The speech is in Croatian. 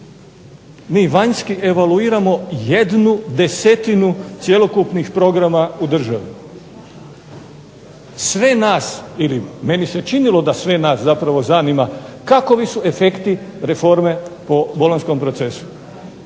mi vanjski evaluiramo jednu desetinu cjelokupnih programa u državi. Sve nas ili meni se činilo da sve nas zapravo zanima kakovi su efekti reforme po bolonjskom procesu.